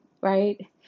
right